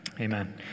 amen